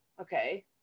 Okay